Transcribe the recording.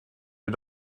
vid